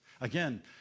again